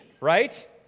right